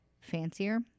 fancier